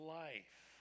life